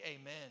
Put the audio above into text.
Amen